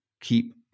keep